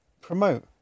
promote